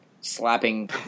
slapping